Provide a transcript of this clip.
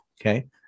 okay